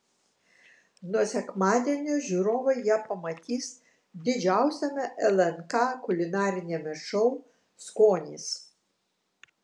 nuo sekmadienio žiūrovai ją pamatys didžiausiame lnk kulinariniame šou skonis